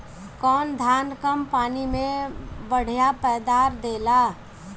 कौन धान कम पानी में बढ़या पैदावार देला?